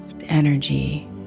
energy